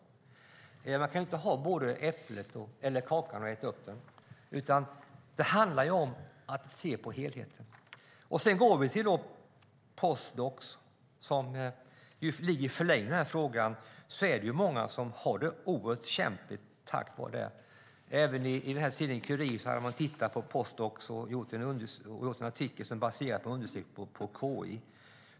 Man kan inte både ha kakan och äta upp den, utan det handlar om att se på helheten. I förlängningen av frågan finns postdoktorerna. Många av dem har det oerhört kämpigt på grund av detta. Tidningen Curie har tittat på denna grupp och skrivit en artikel som är baserad på undervisningen vid KI.